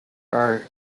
are